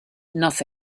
nothing